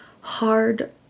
hard